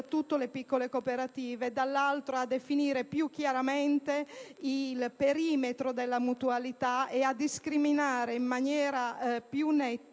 le piccole cooperative e dall'altro definiscono più chiaramente il perimetro della mutualità, discriminando in maniera più netta